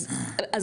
אז